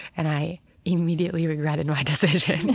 and i immediately regretted my decision.